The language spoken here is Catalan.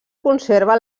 conserva